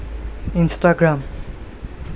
Instagram